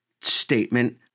statement